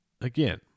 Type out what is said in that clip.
again